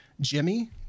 Jimmy